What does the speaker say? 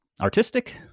artistic